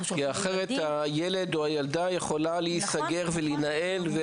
אנחנו שולחים --- אחרת הילד או הילדה יכולים להיסגר ולהינעל,